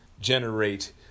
Generate